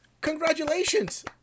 Congratulations